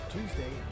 Tuesday